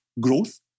growth